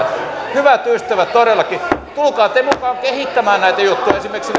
hyvät ystävät todellakin tulkaa te mukaan kehittämään näitä juttuja esimerkiksi